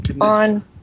on